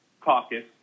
Caucus